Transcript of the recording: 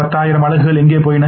10000 அலகுகள் எங்கே போயின